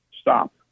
stop